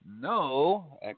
no